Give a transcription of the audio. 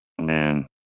Man